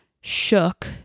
shook